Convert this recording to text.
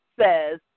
says